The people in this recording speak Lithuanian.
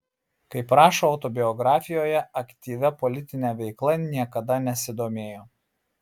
kaip rašo autobiografijoje aktyvia politine veikla niekada nesidomėjo